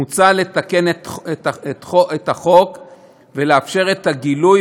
מוצע לתקן את החוק ולאפשר את הגילוי